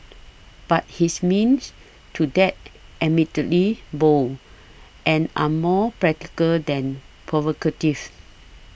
but his means to that admittedly bold end are more practical than provocative